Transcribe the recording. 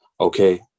okay